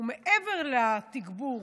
מעבר לתגבור